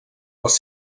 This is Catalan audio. els